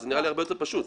זה נראה לי הרבה יותר פשוט.